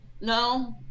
No